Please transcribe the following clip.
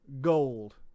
gold